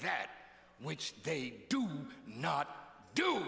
that which they do not do